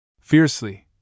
Fiercely